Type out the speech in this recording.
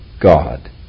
God